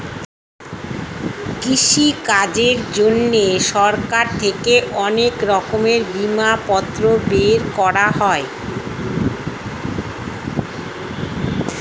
কৃষিকাজের জন্যে সরকার থেকে অনেক রকমের বিমাপত্র বের করা হয়